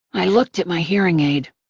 i looked at my hearing aid.